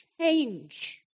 change